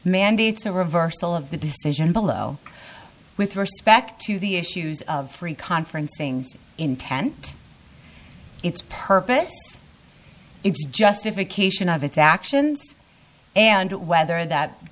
mandates a reversal of the decision below with respect to the issues of free conferencing intent its purpose its justification of its actions and whether that